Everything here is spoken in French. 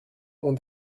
ont